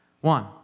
One